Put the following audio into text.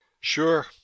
Sure